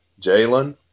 Jalen